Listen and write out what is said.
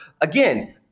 again